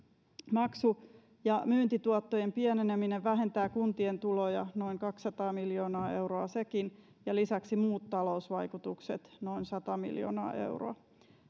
maksu ja myyntituottojen pieneneminen vähentää kuntien tuloja noin kaksisataa miljoonaa euroa sekin ja lisäksi muut talousvaikutukset noin sata miljoonaa euroa